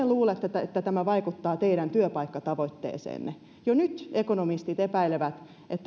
luulette että tämä vaikuttaa teidän työpaikkatavoitteeseenne jo nyt ekonomistit epäilevät